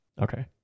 Okay